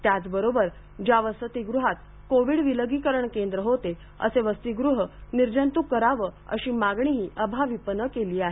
त्याचबरोबर ज्या वसतिगृहात कोव्हिड विलगीकरण केंद्र होते असे वसतिगृह निर्जंत्रक करावे अशी मागणीही अभाविपनं केली आहे